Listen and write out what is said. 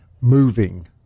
moving